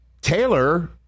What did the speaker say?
Taylor